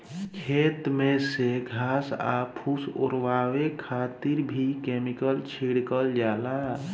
खेत में से घास आ फूस ओरवावे खातिर भी केमिकल छिड़कल जाला